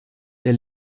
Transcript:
der